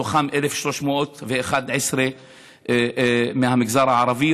מתוכם 1,311 מהמגזר הערבי,